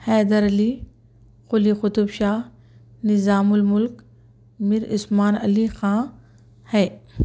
حیدر علی قلی قطب شاہ نظام الملک میر عثمان علی خاں ہے